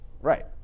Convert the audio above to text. right